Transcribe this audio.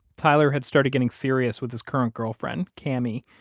tyler had started getting serious with his current girlfriend, cami,